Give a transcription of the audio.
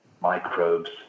microbes